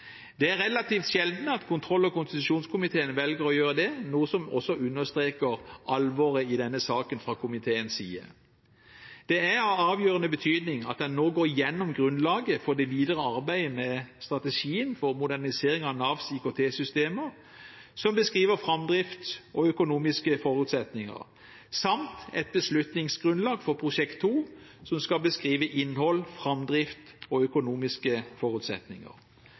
Det er relativt sjeldent at kontroll- og konstitusjonskomiteen velger å gjøre det, noe som også understreker alvoret i denne saken fra komiteens side. Det er av avgjørende betydning at en nå går gjennom grunnlaget for det videre arbeidet med strategien for modernisering av Navs IKT-systemer, som beskriver framdrift og økonomiske forutsetninger, samt et beslutningsgrunnlag for Prosjekt 2, som skal beskrive innhold, framdrift og økonomiske forutsetninger.